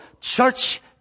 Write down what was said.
church